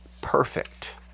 perfect